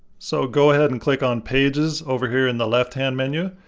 so, go ahead and click on pages over here in the left-hand menu.